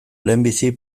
lehenbizi